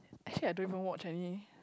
actually I don't even watch any